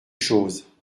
choses